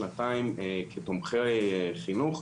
שנתיים כתומכי חינוך,